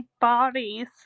bodies